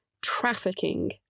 trafficking